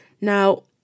Now